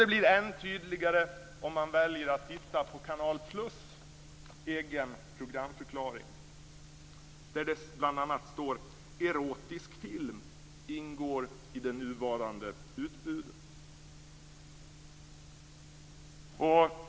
Det blir än tydligare om man väljer att titta på Canal + egen programförklaring, där det bl.a. står att erotisk film ingår i det nuvarande utbudet.